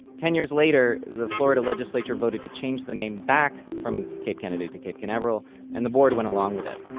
ten years later, the florida legislature voted to change the name back from cape kennedy to cape canaveral and the board went along with it,